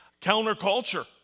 counterculture